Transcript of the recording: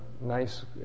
nice